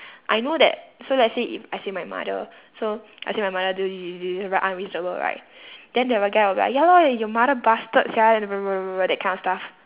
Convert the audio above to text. I know that so let's say if I say my mother so I say my mother do this this this very unreasonable right then the other guy will be like ya lor your mother bastard sia that kind of stuff